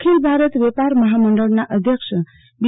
અખિલ ભારત વેપાર મહામંડળના અધ્યક્ષ બી